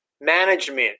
management